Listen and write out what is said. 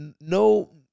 no